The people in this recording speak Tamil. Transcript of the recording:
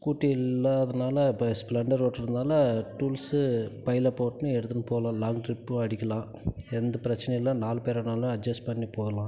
ஸ்கூட்டி இல்லாததுனால் இப்போ ஸ்ப்ளெண்டர் ஓட்டுறதுனால டூல்ஸ்ஸு பையில் போட்டுனு எடுத்துகிட்டு போகலாம் லாங் ட்ரிப்பும் அடிக்கலாம் எந்த பிரச்சினையும் இல்லை நாலு பேர் ஆனாலும் அட்ஜஸ்ட் பண்ணி போகலாம்